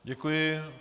Děkuji.